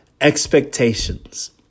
Expectations